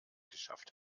geschafft